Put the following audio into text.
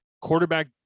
quarterback